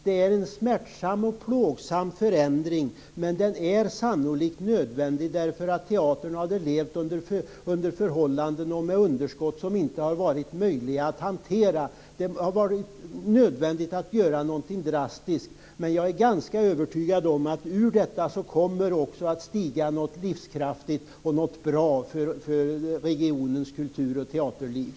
Det är en smärtsam och plågsam förändring, men den är sannolikt nödvändig därför att teatern annars hade levt under förhållanden och med ett underskott som inte hade varit möjliga att hantera. Det har varit nödvändigt att göra någonting drastiskt, men jag är ganska övertygad om att ur detta kommer det också att stiga något livskraftigt och bra för regionens kultur och teaterliv.